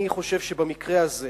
אני חושב שבמקרה הזה